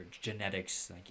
genetics